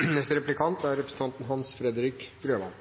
Jeg er veldig glad for at statsråden gir uttrykk for at dette er